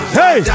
hey